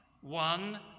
one